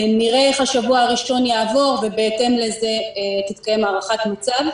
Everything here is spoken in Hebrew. נראה איך השבוע הראשון יעבור ובהתאם לזה תתקיים הערכת מצב.